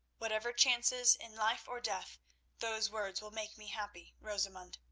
whatever chances, in life or death those words will make me happy, rosamund.